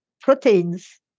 Proteins